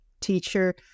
teacher